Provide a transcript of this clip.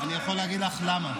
אני יכול להגיד לך למה.